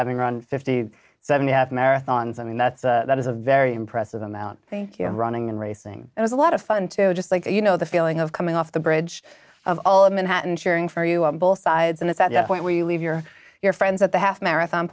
having run fifty seven half marathons i mean that's that is a very impressive amount thank you running and racing it was a lot of fun too just like you know the feeling of coming off the bridge of all of manhattan cheering for you on both sides and it's at that point we leave you are your friends at the half marathon